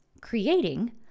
creating